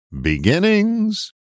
beginnings